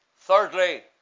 Thirdly